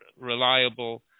reliable